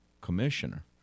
commissioner